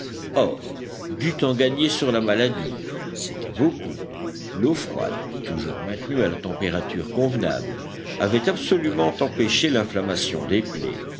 or du temps gagné sur la maladie c'était beaucoup l'eau froide toujours maintenue à la température convenable avait absolument empêché l'inflammation des plaies